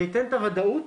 זה ייתן את הוודאות